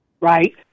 Right